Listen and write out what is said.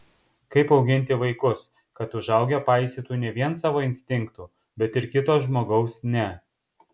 kaip auginti vaikus kad užaugę paisytų ne vien savo instinktų bet ir kito žmogaus ne